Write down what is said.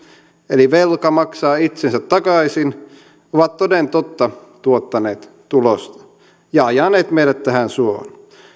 eli velka maksaa itsensä takaisin ovat toden totta tuottaneet tulosta ja ajaneet meidät tähän suohon